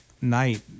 night